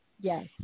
yes